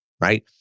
right